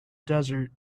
desert